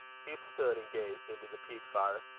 hugh stood, and gazed into the peat-fire.